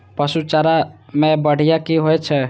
पशु चारा मैं बढ़िया की होय छै?